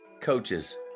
Coaches